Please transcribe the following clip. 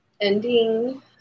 ending